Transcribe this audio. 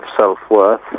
self-worth